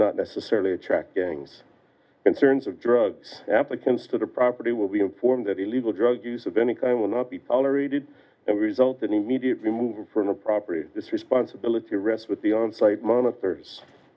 not necessarily track gangs in terms of drugs applicants to the property will be informed that illegal drug use of any kind will not be tolerated and result in immediate removal from a property this responsibility rests with the on site monitors